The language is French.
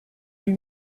lui